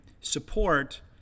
support